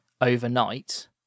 overnight